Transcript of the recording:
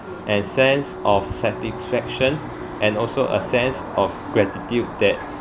and sense of satisfaction and also a sense of gratitude that